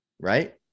Right